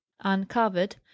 uncovered